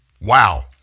Wow